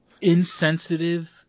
insensitive